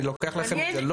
אני לוקח לכם את זה.